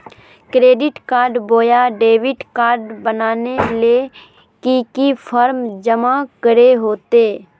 Credit card बोया debit card बनाने ले की की फॉर्म जमा करे होते?